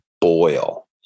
boil